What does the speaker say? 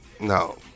No